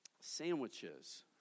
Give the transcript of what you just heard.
sandwiches